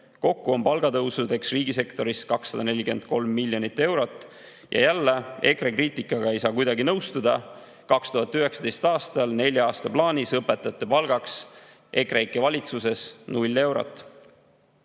Kokku on palgatõusudeks riigisektoris 243 miljonit eurot. Ja jälle, EKRE kriitikaga ei saa kuidagi nõustuda. 2019. aastal nelja aasta plaanis õpetajate palgaks EKREIKE valitsuses oli